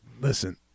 listen